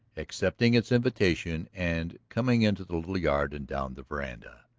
accepting its invitation and coming into the little yard and down the veranda.